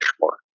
more